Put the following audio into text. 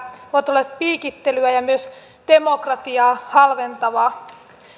ovat olleet piikittelyä ja myös demokratiaa halventavia